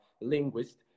linguist